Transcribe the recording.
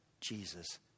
Jesus